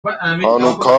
هانوکا